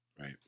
Right